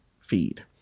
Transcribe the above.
feed